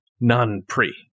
non-pre